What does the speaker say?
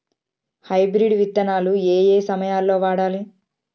Hybrid విత్తనాలు ఏయే సమయాల్లో వాడాలి?